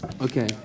okay